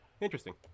interesting